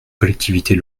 collectivités